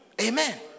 Amen